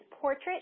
portrait